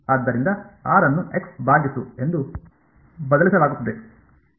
ಆದ್ದರಿಂದ r ಅನ್ನು x ಭಾಗಿಸು ಎಂದು ಬದಲಿಸಲಾಗುತ್ತದೆ